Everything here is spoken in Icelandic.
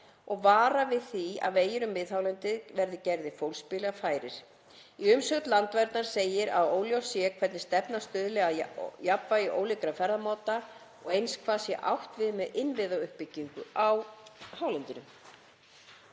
og vara við því að vegir um miðhálendið verði gerðir fólksbílafærir. Í umsögn Landverndar segir að óljóst sé hvernig stefnan stuðli að jafnvægi ólíkra ferðamáta og eins hvað sé átt við með innviðauppbyggingu á hálendinu.